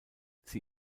sie